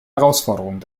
herausforderung